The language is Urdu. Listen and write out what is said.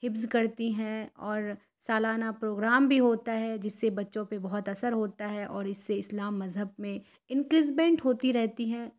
حفظ کرتی ہیں اور سالانہ پروگرام بھی ہوتا ہے جس سے بچوں پہ بہت اثر ہوتا ہے اور اس سے اسلام مذہب میں انکریزمنٹ ہوتی رہتی ہیں